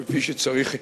כפי שצריך לומר,